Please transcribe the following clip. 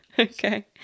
okay